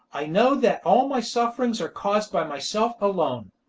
i know that all my sufferings are caused by myself alone!